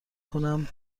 کنم